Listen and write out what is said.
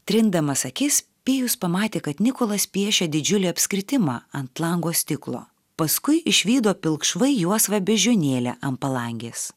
trindamas akis pijus pamatė kad nikolas piešia didžiulį apskritimą ant lango stiklo paskui išvydo pilkšvai juosvą beždžionėlę ant palangės